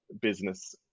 business